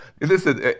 listen